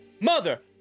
mother